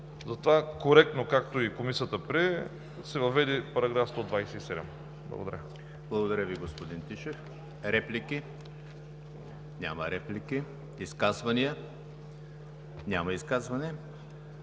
Затова коректно, както и Комисията прие, се въведе § 127. Благодаря.